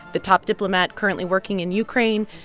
the top diplomat currently working in ukraine.